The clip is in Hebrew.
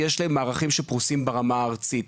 יש להם מערכים שפרושים ברמה הארצית.